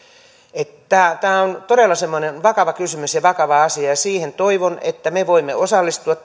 tämä on todella vakava kysymys ja vakava asia ja toivon että me voimme osallistua